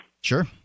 Sure